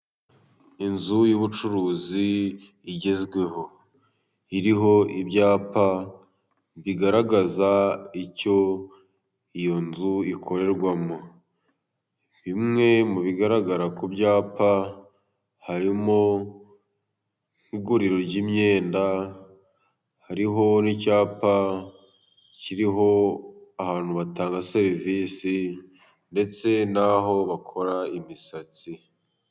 Inzu y'ubucuruzi igezweho. Iriho ibyapa bigaragaza icyo iyo nzu ikorerwamo. Bimwe mu bigaragara ku byapa, harimo iguriro ry'imyenda, hariho n'icyapa kiriho abantu batanga serivisi, ndetse n'aho bakora imisatsi.